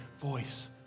voice